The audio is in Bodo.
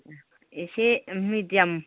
एसे मिडियाम